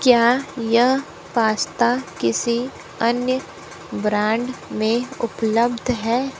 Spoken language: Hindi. क्या यह पास्ता किसी अन्य ब्रांड में उपलब्ध है